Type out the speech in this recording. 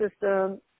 system